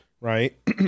right